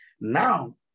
Now